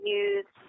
use